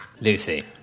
Lucy